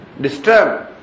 disturb